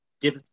give